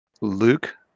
Luke